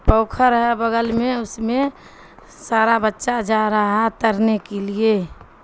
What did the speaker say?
پوکھر ہے بگل میں اس میں سارا بچہ جا رہا ہے ترنے کے لیے